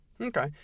Okay